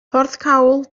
porthcawl